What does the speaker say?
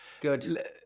Good